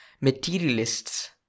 materialists